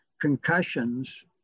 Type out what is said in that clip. concussions